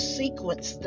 sequence